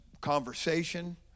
conversation